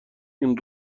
این